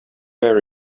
where